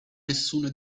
nessuna